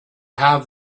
have